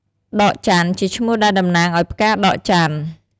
ដកចន្ទន៍ ជាឈ្មោះដែលតំណាងឱ្យផ្កាដកចន្ទន៍ ។